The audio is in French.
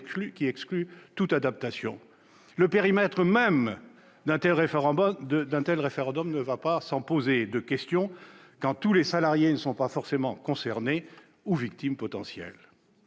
», exclut toute adaptation. Le périmètre même d'un tel référendum ne va pas sans poser question quand tous les salariés ne sont pas concernés ou victimes potentielles.